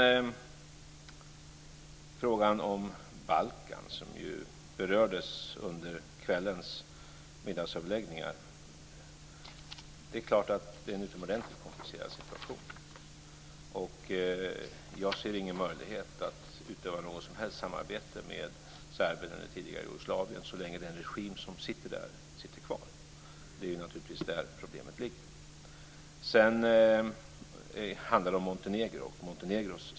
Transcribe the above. Situationen på Balkan, som ju berördes under kvällens middagsöverläggningar, är utomordentligt komplicerad. Jag ser ingen möjlighet att utöva någon sorts samarbete med Serbien, f.d. Jugoslavien, så länge den regim som sitter där sitter kvar. Det är naturligtvis där problemet ligger. Det handlar om Montenegros ställning.